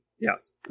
Yes